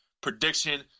prediction